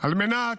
על מנת